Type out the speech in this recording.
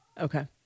Okay